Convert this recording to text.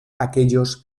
aquellos